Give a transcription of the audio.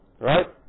right